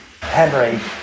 Henry